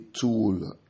tool